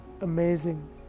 amazing